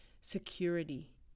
security